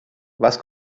was